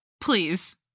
Please